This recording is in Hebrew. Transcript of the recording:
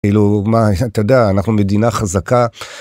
כאילו מה, אתה יודע אנחנו מדינה חזקה.